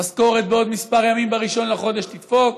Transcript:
המשכורת בעוד כמה ימים, ב-1 בחודש, תדפוק.